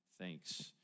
thanks